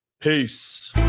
Peace